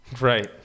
right